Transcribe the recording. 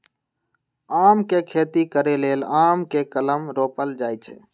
आम के खेती करे लेल आम के कलम रोपल जाइ छइ